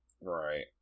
Right